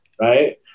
right